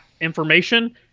information